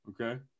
Okay